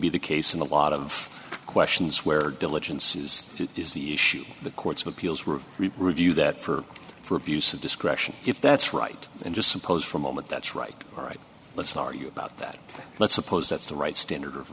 be the case in a lot of questions where diligences is the issue the courts of appeals were review that per for abuse of discretion if that's right and just suppose for a moment that's right all right let's argue about that let's suppose that's the right standard of